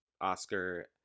Oscar